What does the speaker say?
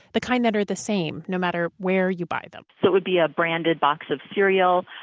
the kind that are the same no matter where you buy them. so it would be a branded box of cereal.